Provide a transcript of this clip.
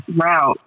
route